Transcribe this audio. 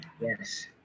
Yes